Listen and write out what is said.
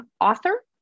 author